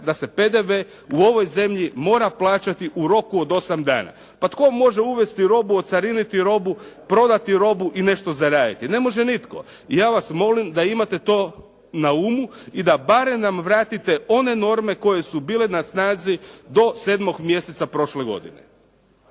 da se PDV u ovoj zemlji mora plaćati u roku od 8 dana. Pa tko može uvesti robu, ocariniti robu, prodati robu i nešto zaraditi? Ne može nitko. Ja vas molim da imate to na umu i barem nam vratite one norme koje su bile na snazi do 7. mjeseca prošle godine.